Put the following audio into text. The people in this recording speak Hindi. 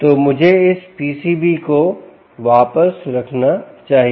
तो मुझे इस PCB को वापस रखना चाहिए